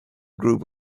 group